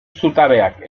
zutabeak